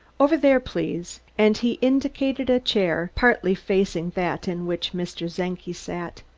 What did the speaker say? over there, please, and he indicated a chair partly facing that in which mr. czenki sat.